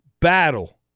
battle